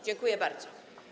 Dziękuję bardzo.